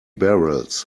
barrels